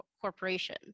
corporation